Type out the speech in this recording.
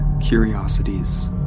curiosities